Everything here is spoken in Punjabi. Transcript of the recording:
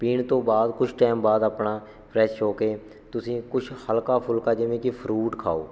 ਪੀਣ ਤੋਂ ਬਾਅਦ ਕੁਛ ਟਾਈਮ ਬਾਅਦ ਆਪਣਾ ਫਰੈਸ਼ ਹੋ ਕੇ ਤੁਸੀਂ ਕੁਛ ਹਲਕਾ ਫੁਲਕਾ ਜਿਵੇਂ ਕਿ ਫਰੂਟ ਖਾਓ